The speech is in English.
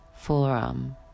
forearm